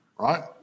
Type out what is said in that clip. Right